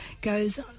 goes